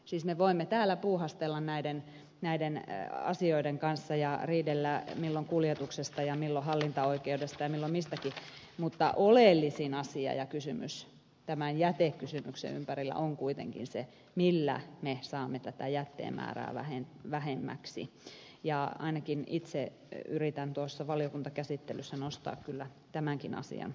siis me voimme täällä puuhastella näiden asioiden kanssa ja riidellä milloin kuljetuksesta ja milloin hallintaoikeudesta ja milloin mistäkin mutta oleellisin asia ja kysymys tämän jätekysymyksen ympärillä on kuitenkin se millä me saamme tätä jätteen määrää vähemmäksi ja ainakin itse kyllä yritän tuossa valiokuntakäsittelyssä nostaa tämänkin asian framille